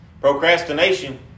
Procrastination